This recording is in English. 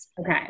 Okay